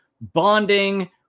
bonding